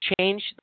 Change